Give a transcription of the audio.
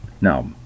now